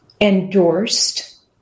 endorsed